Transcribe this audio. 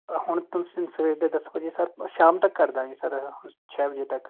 ਅ ਹੁਣ ਤੁਸੀਂ ਸਵੇਰ ਦੇ ਦਸ ਵਜੇ ਸਰ ਸ਼ਾਮ ਤੱਕ ਕਰ ਦਾਂਗੇ ਸਰ ਛੇ ਵਜੇ ਤੱਕ